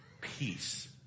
peace